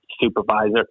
supervisor